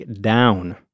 down